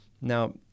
Now